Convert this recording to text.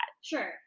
sure